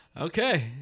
Okay